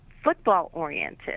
football-oriented